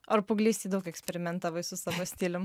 ar paauglystėj daug eksperimentavai su savo stilium